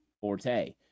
forte